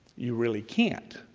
you really can't,